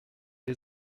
les